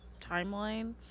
timeline